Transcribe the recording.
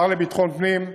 השר לביטחון פנים,